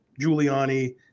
Giuliani